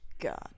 God